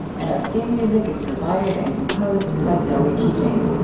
and our theme music is provided and composed by zoe keating